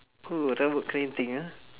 oh rambut kerinting ah